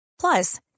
plus